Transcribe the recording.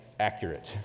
accurate